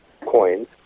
coins